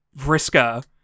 vriska